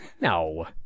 No